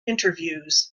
interviews